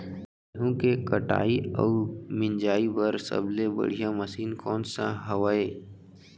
गेहूँ के कटाई अऊ मिंजाई बर सबले बढ़िया मशीन कोन सा हवये?